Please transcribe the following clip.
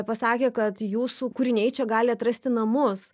pasakė kad jūsų kūriniai čia gali atrasti namus